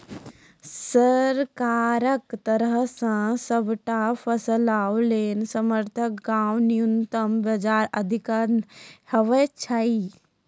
सरकारक तरफ सॅ सबटा फसलक लेल समर्थन भाव न्यूनतमक बजाय अधिकतम हेवाक चाही?